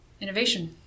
innovation